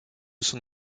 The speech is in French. son